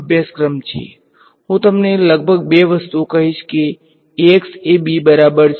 વિદ્યાર્થી વધારે higher computational સમય જેથી તે એક છે જે n માટે સ્પષ્ટ ટ્રેડ ઓફ છે